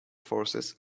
forces